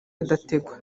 adategwa